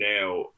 now